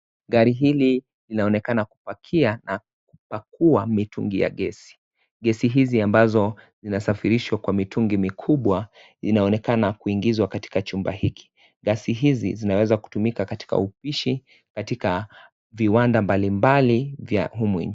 Gari hili linaonekana kupakia na kupakua mitungi ya gesi . Gesi hizi ambazo zinasafirishwa kwa mitungi mikubwa zinaonekana kuingizwa katika chumba hiki, gasi hizi zinaweza kutumika katika upishi katika viwanda mbalimbali vya humu.